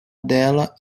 dela